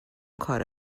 کار